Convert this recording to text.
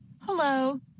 Hello